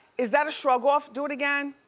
is that a shrug-off? do it again.